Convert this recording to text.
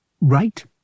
right